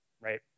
right